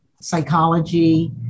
psychology